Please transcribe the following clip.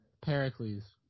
Pericles